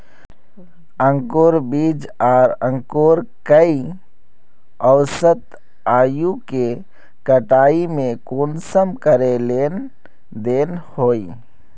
अंकूर बीज आर अंकूर कई औसत आयु के कटाई में कुंसम करे लेन देन होए?